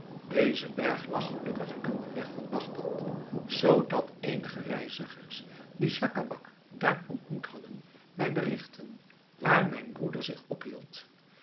deze berg lag gelukkig aan den weg van bagdad zoodat eenige reizigers die schacabac daar ontmoet hadden mij berigtten waar mijn broeder zich ophield